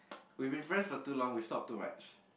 we've been friends for too long we stalk too much